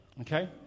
Okay